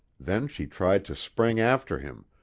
then she tried to spring after him,